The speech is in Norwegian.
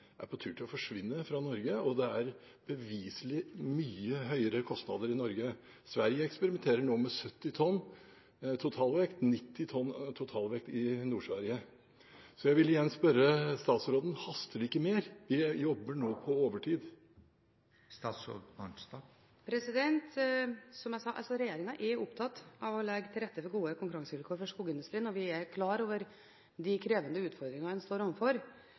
er på tur til å forsvinne fra Norge. Det er beviselig mye høyere kostnader i Norge. Sverige eksperimenterer nå med 70 tonn totalvekt – 90 tonn totalvekt i Nord-Sverige. Så jeg vil igjen spørre statsråden: Haster det ikke mer? Vi jobber nå på overtid. Som jeg sa: Regjeringen er opptatt av å legge til rette for gode konkurransevilkår for skogindustrien, og vi er klar over de krevende utfordringene vi står